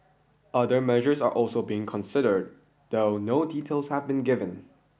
other measures are also being considered though no details have been given